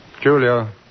Julia